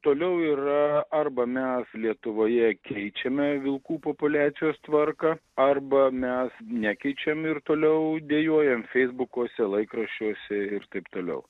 toliau yra arba mes lietuvoje keičiame vilkų populiacijos tvarką arba mes nekeičiam ir toliau dejuojam feisbukuose laikraščiuose ir taip toliau